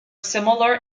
similar